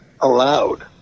allowed